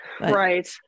right